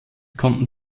konnten